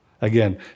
Again